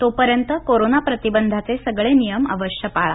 तोपर्यंत कोरोना प्रतिबंधाचे सगळे नियम अवश्य पाळा